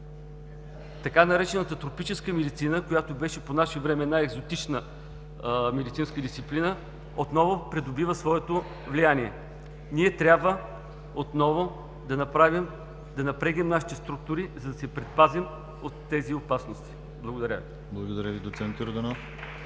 Така наречената „тропическа медицина“, която по наше време беше екзотична медицинска дисциплина, отново придобива своето влияние. Ние отново трябва да напрегнем нашите структури, за да се предпазим от тези опасности. Благодаря Ви. (Ръкопляскания от „БСП